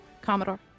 Commodore